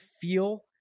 feel